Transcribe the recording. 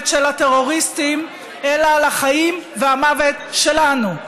של הטרוריסטים אלא על החיים והמוות שלנו.